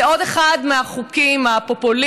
זה עוד אחד מהחוקים הפופוליסטיים,